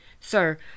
Sir